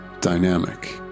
dynamic